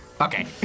Okay